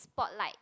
spotlight